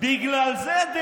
בגלל זה,